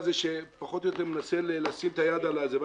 לרגע, זה שפחות או יותר מנסה לשים את היד על זה.